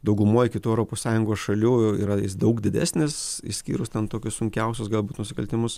daugumoj kitų europos sąjungos šalių yra jis daug didesnis išskyrus ten tokius sunkiausius galbūt nusikaltimus